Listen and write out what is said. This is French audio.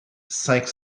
cinq